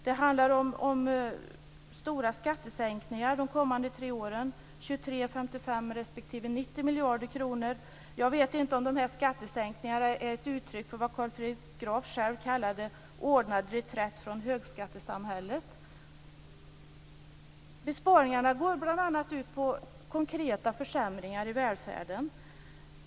Det handlar om stora skattesänkningar de kommande tre åren: 23 miljarder, 55 miljarder respektive 90 miljarder kronor. Jag vet inte om de här skattesänkningarna är ett uttryck för vad Carl Fredrik Graf själv kallade för en ordnad reträtt från högskattesamhället. Besparingarna går bl.a. ut på konkreta försämringar i välfärden.